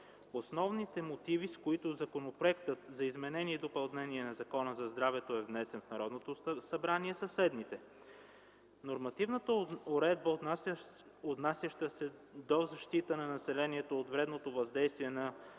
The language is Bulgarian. Основните мотиви, с които Законопроектът за изменение и допълнение на Закона за здравето е внесен в Народното събрание, са следните: Нормативната уредба, отнасяща се до защита на населението от вредното въздействие на